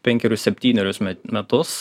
penkerius septynerius me metus